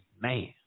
Man